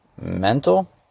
Mental